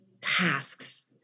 tasks